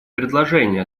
предложения